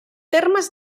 termes